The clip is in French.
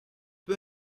peu